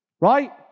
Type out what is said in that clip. Right